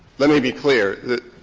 let me be clear. the